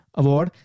award